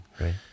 right